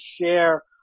share